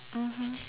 mmhmm